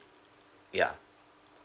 yeah